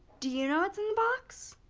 do you know what's in the box?